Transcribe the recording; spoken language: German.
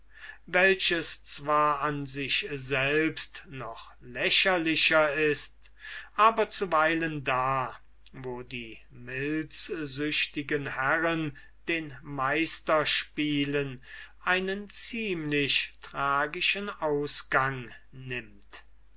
welches zwar an sich selbst noch lächerlicher ist aber zuweilen da wo die milzsüchtigen herren den meister spielen einen ziemlich tragischen ausgang nimmt